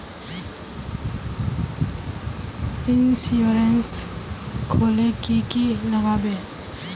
Insurance खोले की की लगाबे?